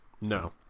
No